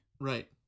Right